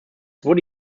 wurde